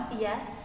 Yes